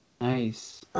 Nice